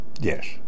Yes